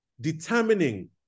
determining